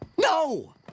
No